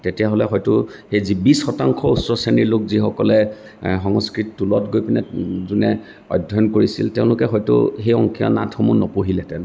তেতিয়াহ'লে হয়তো সেই যি বিশ শতাংশ উচ্চ শ্ৰেণীৰ লোক যিসকলে সংস্কৃত টোলত গৈ পিনে যোনে অধ্যয়ন কৰিছিল তেওঁলোকে হয়তো সেই অংকীয়া নাটসমূহ নপঢ়িলেহেঁতেন